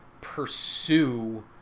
pursue